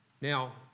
now